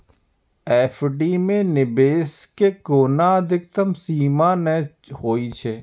FD मे निवेश के कोनो अधिकतम सीमा नै होइ छै